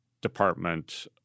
Department